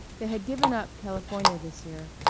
they had given up california this year,